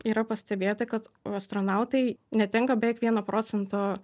yra pastebėta kad astronautai netenka beveik vieno procento